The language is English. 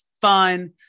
fun